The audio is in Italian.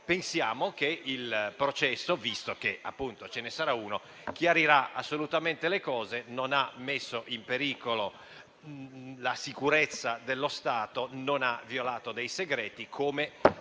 pensiamo che il processo, visto che ce ne sarà uno, chiarirà assolutamente le cose. Delmastro non ha messo in pericolo la sicurezza dello Stato, non ha violato dei segreti e